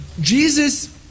Jesus